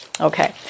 Okay